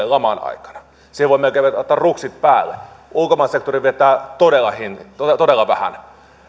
laman aikana siihen voi melkein laittaa ruksit päälle ulkomaan sektori vetää todella vähän